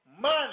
Money